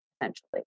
essentially